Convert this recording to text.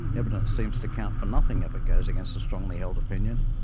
evidence seems to count for nothing if it goes against a strongly held opinion.